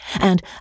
and